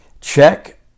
Check